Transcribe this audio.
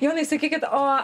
gerai sakykit o